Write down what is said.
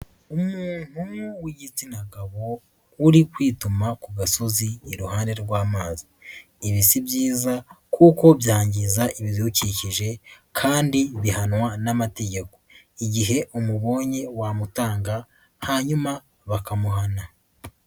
Umuntu w'igitsina gabo, uri kwituma ku gasozi iruhande rw'amazi, ibi si byiza kuko byangiza ibidukikije kandi bihanwa n'amategeko, igihe umubonye wamutanga, hanyuma bakamuhana.